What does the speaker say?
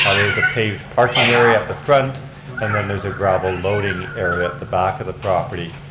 ah there's a paved parking area at the front and then there's a grovel loading area at the back of the property.